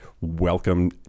welcome